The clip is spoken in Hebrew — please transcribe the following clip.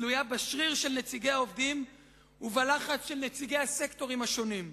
תלויה בשריר של נציגי העובדים ובלחץ של נציגי הסקטורים השונים.